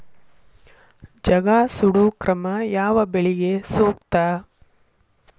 ಜಗಾ ಸುಡು ಕ್ರಮ ಯಾವ ಬೆಳಿಗೆ ಸೂಕ್ತ?